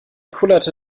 kullerte